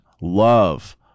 love